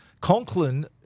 Conklin